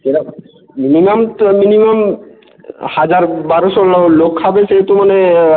এবার মিনিমাম তো মিনিমাম হাজার বারোশো লো লোক খাবে সেহেতু মানে